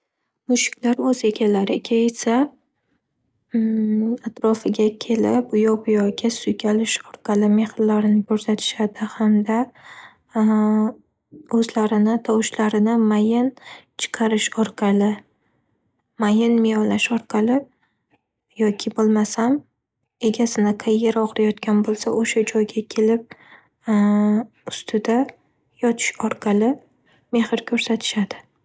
Mushuklar o'z egalariga esa atrofiga kelib, u yoq bu yog'iga suykalish orqali mehrlarini ko'rsatishadi. Hamda o'zlarini tovushlarini mayin chiqarish orqali, mayin miyovlash orqali yoki bo'lmasam egasini qayeri og'riyotgan bo'lsa, o'sha joyga kelib ustida yotish orqali mehr ko'rsatishadi.